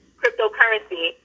cryptocurrency